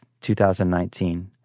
2019